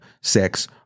sex